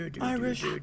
Irish